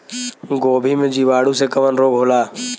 गोभी में जीवाणु से कवन रोग होला?